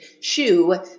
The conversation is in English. shoe